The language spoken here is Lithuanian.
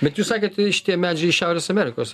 bet jūs sakėt šitie medžiai iš šiaurės amerikos